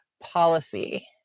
policy